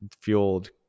fueled